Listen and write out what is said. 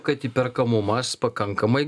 kad įperkamumas pakankamai